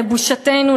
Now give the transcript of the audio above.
לבושתנו,